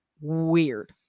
Weird